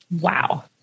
Wow